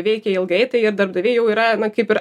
veikia ilgai tai ir darbdaviai jau yra kaip ir